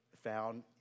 found